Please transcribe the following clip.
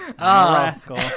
Rascal